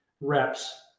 reps